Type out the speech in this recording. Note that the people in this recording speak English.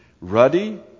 ruddy